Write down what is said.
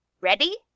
Ready